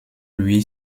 lui